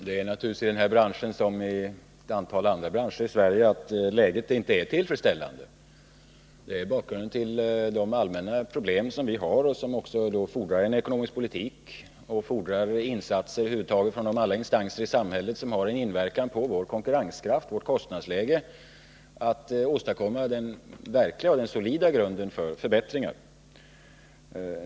Herr talman! Läget i den här branschen liksom i ett antal andra branscher i Sverige är inte tillfredsställande. Det är bakgrunden till de allmänna problem vi har. För att åstadkomma en solid grund för förbättringar krävs åtgärder inom den ekonomiska politiken och insatser från alla de instanser som kan utöva någon inverkan på vår konkurrenskraft och vårt kostnadsläge.